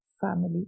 family